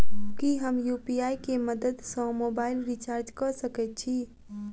की हम यु.पी.आई केँ मदद सँ मोबाइल रीचार्ज कऽ सकैत छी?